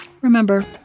remember